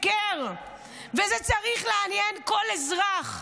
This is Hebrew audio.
זה צריך לעניין כל אזרח,